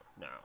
No